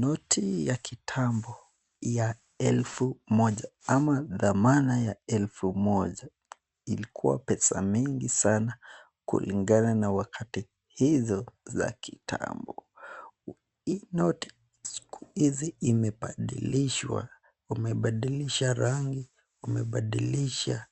Noti ya kitambo, ya elfu moja ama thamana ya elfu moja, ilikuwa pesa mingi sana kulingana na wakati hizo za kitambo. Hii noti siku hizi imebadilishwa. Wamebadilisha rangi, wamebadilisha